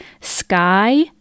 Sky